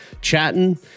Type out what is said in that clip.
chatting